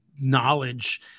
knowledge